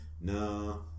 No